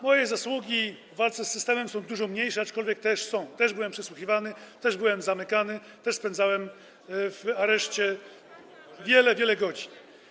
Moje zasługi w walce z systemem są dużo mniejsze, aczkolwiek też są, też byłem przesłuchiwany, też byłem zamykany, też spędzałem w areszcie wiele, wiele godzin.